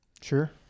Sure